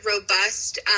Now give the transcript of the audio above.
robust